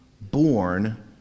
born